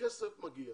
שהכסף מגיע